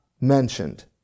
mentioned